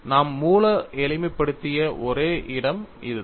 நாம் மூல எளிமைப்படுத்திய ஒரே இடம் இதுதான்